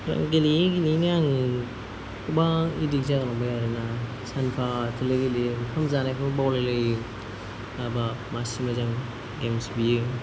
गेलेयै गेलेयैनो आङो गोबां एडिक्ट जालांबाय आरोना सानफा थोलो गेलेयो ओंखाम जानायफ्रावबो बावलायलाय लायो हाबा मासि मोजां गेम्स बियो